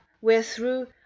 wherethrough